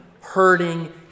hurting